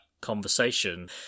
conversation